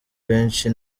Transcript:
benshi